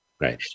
right